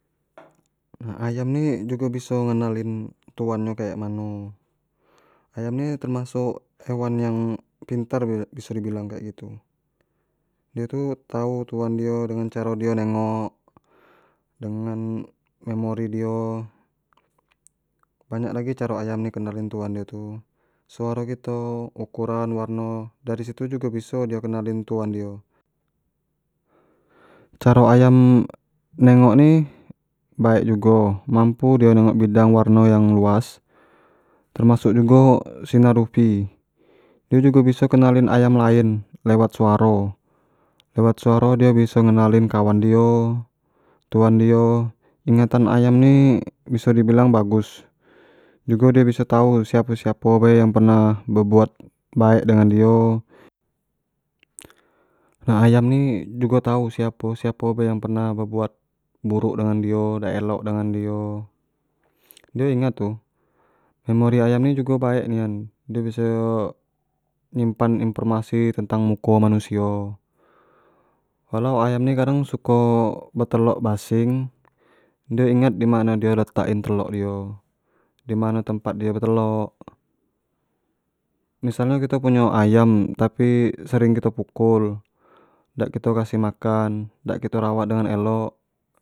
ayam ni jugo biso ngenalin tuan nyo kek mano, ayam ni termasuk hewan yang pintar biso di bilang ke begitu, dio tu tau tuan dio dengan caro dio nengok, dengan memori dio, banyak lagi caro ayam kenalin tuan nyo tu, suaro kito, ukuran, warno dari situ jugo biso dio kenalin tuan dio, caro ayam nengok ni, baik jugo mampu dio nengok nengok bidang warno yang luas, termasuk jugo sinar uv, dio jugo biso kenalin ayam lain lewat suaro, lewat suaro dio biso kenalin kawan dio, tuan dio, ingatan ayam ni biso dibilang bagus, jugo dio bisa tau siapo-siapo bae yang pernah berbuat baek dengan dio, nah ayam ni jugo tau siapo-siapo bae pernah berbuat buruk dengan dio, dak elok dengan dio, dio ingat tu, memori ayam ni jugo baik nian, dio biso nyimpan informasi tentang muko manusio, walau ayan ni suko be telok basing, dio ingat dimano dio letak in telok dio, dimano tempat dio betelok, misalnyo kito punyo ayam, tapi sering kito pukul, dak kito kasih makan, dak kito rawat dengan elok.